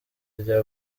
rya